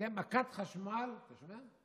שתיתן 'מכת חשמל'" אתה שומע?